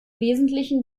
wesentlichen